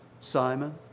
Simon